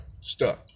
Stuck